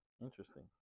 Interesting